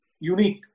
Unique